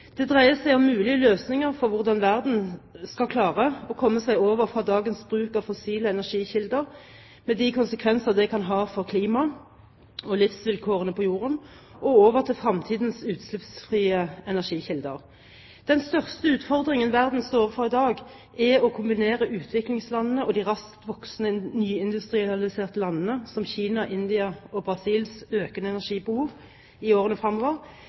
Det dreier seg om mulige løsninger for hvordan verden skal klare å komme seg over fra dagens bruk av fossile energikilder, med de konsekvenser det kan ha for klimaet og livsvilkårene på jorden, og over til fremtidens utslippsfrie energikilder. Den største utfordringen verden står overfor i dag, er å kombinere utviklingslandenes og de raskt voksende nyindustrialiserte landenes – som Kina, India og Brasil – økende energibehov i årene